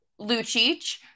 Lucic